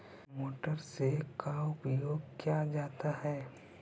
Motor से का उपयोग क्या जाता है?